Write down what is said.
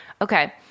Okay